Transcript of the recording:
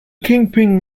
kingpin